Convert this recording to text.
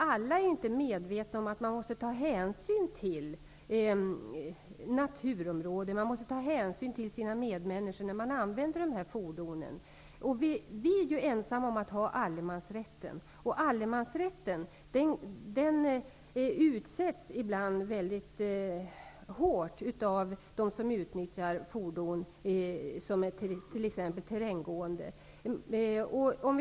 Alla är inte medvetna om att man måste ta hänsyn till naturområden och sina medmänniskor när man använder snöskotrar. Vi är ensammma om att ha allemansrätt i Sverige. Allemansrätten leder ibland till att naturen utsätts för stora påfrestningar, t.ex. när det gäller användning av terränggående fordon.